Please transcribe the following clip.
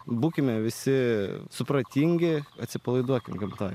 būkime visi supratingi atsipalaiduokim gamtoj